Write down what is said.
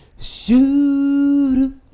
Shoot